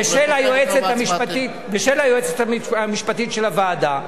ושל היועצת המשפטית של הוועדה.